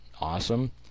awesome